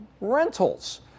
rentals